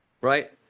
right